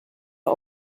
are